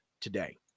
today